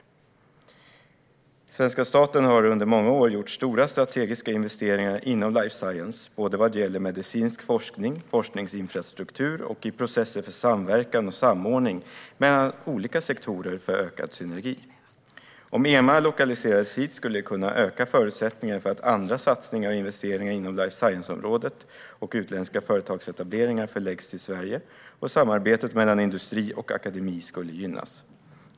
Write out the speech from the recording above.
Svenska staten har under många år gjort stora strategiska investeringar inom life science, både vad det gäller medicinsk forskning, forskningsinfrastruktur och i processer för samverkan och samordning mellan olika sektorer för ökad synergi. Om EMA lokaliserades hit skulle det kunna öka förutsättningarna för att andra satsningar och investeringar inom life science-området och utländska företagsetableringar förläggs till Sverige, och samarbetet mellan industri och akademi skulle gynnas.